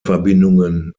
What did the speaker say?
verbindungen